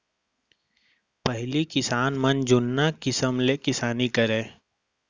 पहिली किसान मन जुन्ना किसम ले किसानी करय